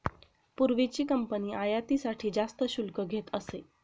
पूर्वीची कंपनी आयातीसाठी जास्त शुल्क घेत असे